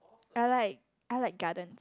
I like I like gardens